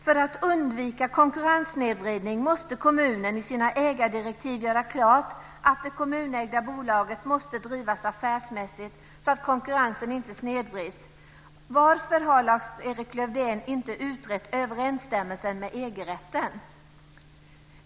För att undvika konkurrenssnedvridning måste kommunen i sina ägardirektiv göra klart att det kommunägda bolaget måste drivas affärsmässigt så att konkurrensen inte snedvrids. Varför har Lars-Erik Lövdén inte utrett överensstämmelsen med EG-rätten?